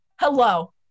hello